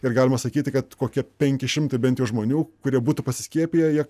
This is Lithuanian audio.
ir galima sakyti kad kokie penki šimtai bent jau žmonių kurie būtų pasiskiepiję jie